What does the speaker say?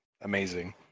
amazing